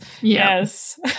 yes